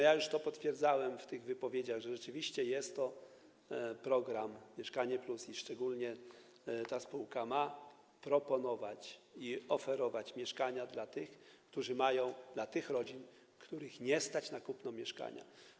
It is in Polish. Ja już to potwierdzałem w tych wypowiedziach, że rzeczywiście jest to program „Mieszkanie+”, że szczególnie ta spółka ma proponować i oferować mieszkania dla tych rodzin, których nie stać na kupno mieszkania.